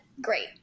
great